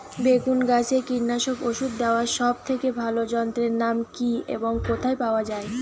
বেগুন গাছে কীটনাশক ওষুধ দেওয়ার সব থেকে ভালো যন্ত্রের নাম কি এবং কোথায় পাওয়া যায়?